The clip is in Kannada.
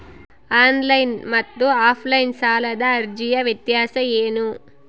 ಆನ್ಲೈನ್ ಮತ್ತು ಆಫ್ಲೈನ್ ಸಾಲದ ಅರ್ಜಿಯ ವ್ಯತ್ಯಾಸ ಏನು?